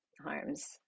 harms